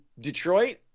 Detroit